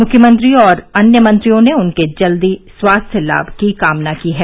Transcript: मृख्यमंत्री और अन्य मंत्रियों ने उनके जल्द स्वास्थ्य लाभ की कामना की है